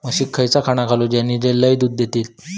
म्हशीक खयला खाणा घालू ज्याना लय दूध देतीत?